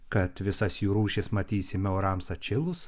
kad visas jų rūšis matysime orams atšilus